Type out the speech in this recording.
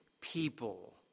people